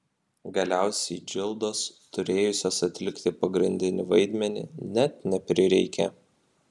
galiausiai džildos turėjusios atlikti pagrindinį vaidmenį net neprireikė